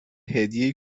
هدیه